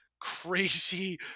Crazy